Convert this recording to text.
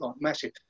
massive